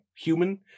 Human